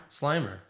Slimer